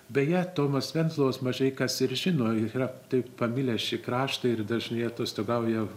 beje tomas venclovas mažai kas ir žino ir yra taip pamilęs šį kraštą ir dažnai atostogauja